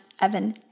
Evan